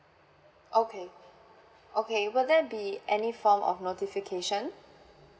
okay okay will there be any form of notification